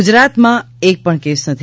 ગુજરાતમાં એક પણ કેસ નથી